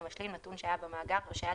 מעדכן או משלים נתון שהיה במאגר או שהיה